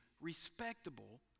respectable